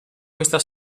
questa